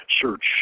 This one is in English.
search